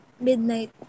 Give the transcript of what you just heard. midnight